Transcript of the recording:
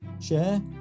share